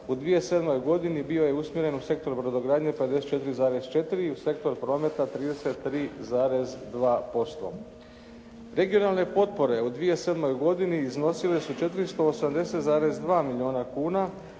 u 2007. godini bio je usmjeren u sektor brodogradnje, 54,4 i u sektor prometa 33,2%. Regionalne potpore u 2007. godini iznosile su 480,2 milijuna kuna